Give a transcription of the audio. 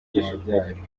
yabyaye